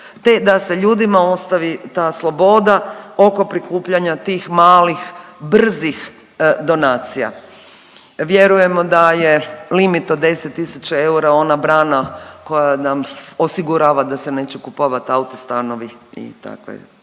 te da se ljudima ostavi ta sloboda oko prikupljanja tih malih brzih donacija. Vjerujemo da je limit od 10.000 ona brana koja nam osigurava da se neće kupovat auta, stanovi i takve